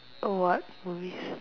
or what movies